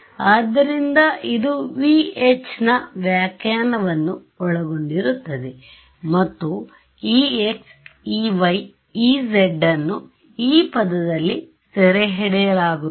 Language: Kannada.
ಆದ್ದರಿಂದ ಇದು ∇h ನ ವ್ಯಾಖ್ಯಾನವನ್ನು ಒಳಗೊಂಡಿರುತ್ತದೆ ಮತ್ತು ex ey ezಅನ್ನು ಈ ಪದದಲ್ಲಿ ಸೆರೆಹಿಡಿಯಲಾಗುತ್ತದೆ